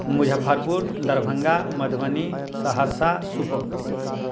Muzaffarpur Darbhanga Madhubani Saharsa Supaul